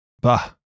Bah